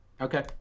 okay